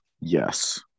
Yes